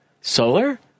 solar